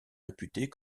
réputés